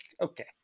okay